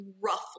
roughly